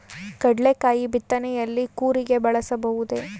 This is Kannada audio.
ಕಡ್ಲೆಕಾಯಿ ಬಿತ್ತನೆಯಲ್ಲಿ ಕೂರಿಗೆ ಬಳಸಬಹುದೇ?